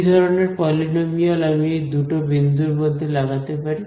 কি ধরনের পলিনোমিয়াল আমি এই দুটো বিন্দুর মধ্যে লাগাতে পারি